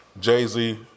Jay-Z